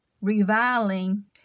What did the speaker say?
reviling